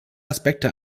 aspekte